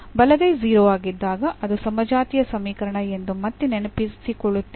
ಬಲಗೈ 0 ಆಗಿದ್ದಾಗ ಅದು ಸಮಜಾತೀಯ ಸಮೀಕರಣ ಎಂದು ಮತ್ತೆ ನೆನಪಿಸಿಕೊಳ್ಳುತ್ತೇವೆ